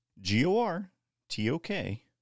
G-O-R-T-O-K